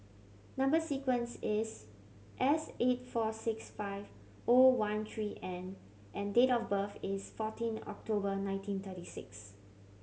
number sequence is S eight four six five O one three N and date of birth is fourteen October nineteen thirty six